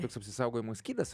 toks apsisaugojimo skydas